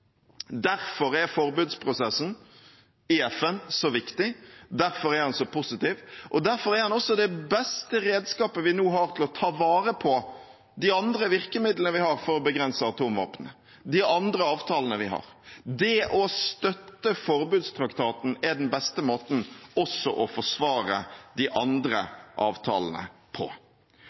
Derfor er forbudsprosessen i FN så viktig, derfor er den så positiv, og derfor er den også det beste redskapet vi nå har for å ta vare på de andre virkemidlene vi har for å begrense atomvåpnene, de andre avtalene vi har. Det å støtte forbudstraktaten er den beste måten også å forsvare de andre avtalene på.